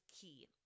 key